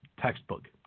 textbook